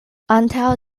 antaŭ